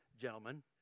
gentlemen